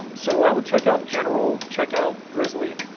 um so i would check out general, check out grizzly.